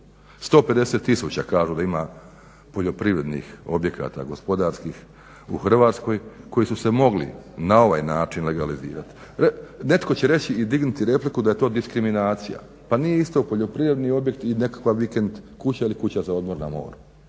150 tisuća kažu da ima poljoprivrednih objekata gospodarskih u Hrvatskoj koji su se mogli na ovaj način legalizirati. Netko će reći i dignuti repliku da je to diskriminacija. Pa nije isto poljoprivredni objekt i nekakva vikend kuća ili kuća za odmor na moru.